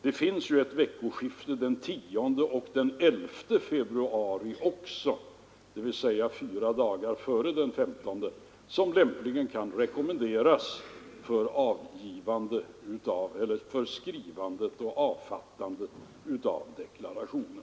Det finns ju också ett veckoskifte den 10 och den 11 februari, dvs. fyra dagar före den 15, som lämpligen kan rekommenderas för avfattandet av deklarationen.